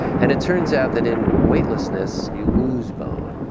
and it turns out that in weightlessness, you lose bone.